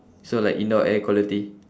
so like indoor air quality